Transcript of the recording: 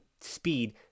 speed